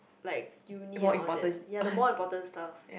like uni and all that ya the more important stuff